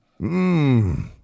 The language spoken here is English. Mmm